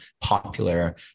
popular